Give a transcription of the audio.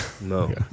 no